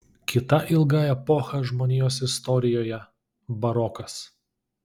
kita ilga epocha žmonijos istorijoje barokas